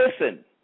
listen